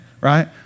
right